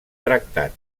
tractat